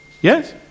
Yes